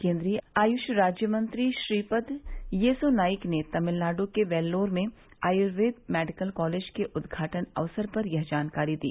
केन्द्रीय आयुष राज्य मंत्री श्रीपद येसोनाईक ने तमिलनाडु के वेल्लोर में आयुर्वेद मेडिकल कॉलेज के उद्घाटन अवसर पर यह जानकारी दी